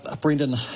Brendan